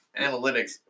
analytics